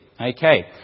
Okay